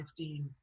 15